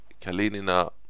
Kalinina